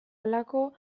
halako